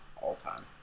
all-time